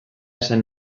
esan